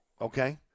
okay